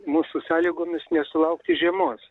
mūsų sąlygomis nesulaukti žiemos